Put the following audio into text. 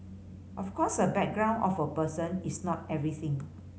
of course a background of a person is not everything